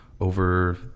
over